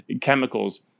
chemicals